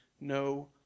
no